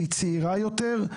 שהיא צעירה יותר,